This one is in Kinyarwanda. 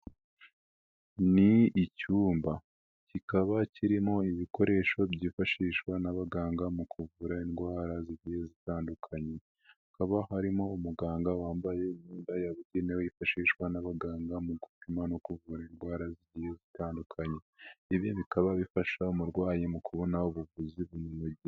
Ni icyumba kikaba kirimo ibikoresho byifashishwa n'abaganga mu kuvura indwara zigiye zitandukanye, haba harimo umuganga wambaye imyenda yabugenewe yifashishwa n'abaganga mu gupima no kuvura indwara zigiye zitandukanye, ibi bikaba bifasha umurwayi mu kubona ubuvuzi bumunogeye.